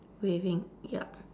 waving ya